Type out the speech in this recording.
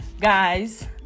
guys